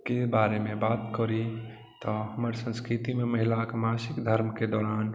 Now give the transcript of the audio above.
के बारेमे बात करी तऽ हमर संस्कृतिमे महिलाक मासिक धर्मके दौरान